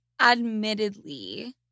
admittedly